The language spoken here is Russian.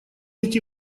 эти